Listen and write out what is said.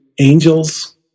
angels